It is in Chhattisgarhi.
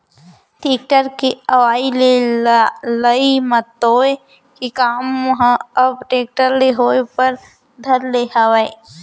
टेक्टर के अवई ले लई मतोय के काम ह अब टेक्टर ले होय बर धर ले हावय